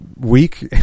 week